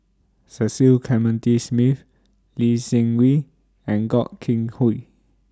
Cecil Clementi Smith Lee Seng Wee and Gog King Hooi